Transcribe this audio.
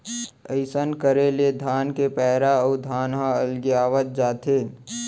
अइसन करे ले धान के पैरा अउ धान ह अलगियावत जाथे